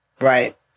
right